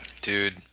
Dude